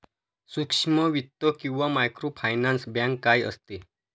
सूक्ष्म वित्त किंवा मायक्रोफायनान्स बँक काय असते?